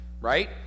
Right